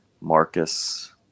marcus